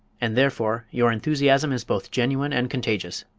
and therefore your enthusiasm is both genuine and contagious.